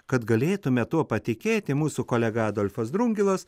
kad galėtumėme tuo patikėti mūsų kolega adolfas drungilas